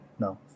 No